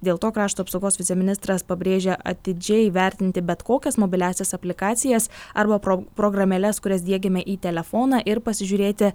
dėl to krašto apsaugos viceministras pabrėžia atidžiai vertinti bet kokias mobiliąsias aplikacijas arba pro programėles kurias diegiame į telefoną ir pasižiūrėti